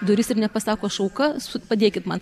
duris ir nepasako aš auka padėkit man